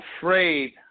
afraid